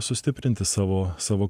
sustiprinti savo savo